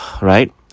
Right